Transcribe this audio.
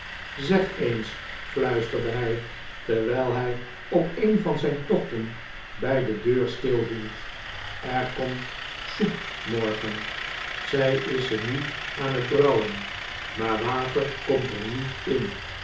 zeg eens fluisterde hij terwijl hij op een van zijn tochten bij de deur stilhield er komt soep morgen zij is ze nu aan het brouwen maar water komt er niet in